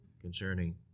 concerning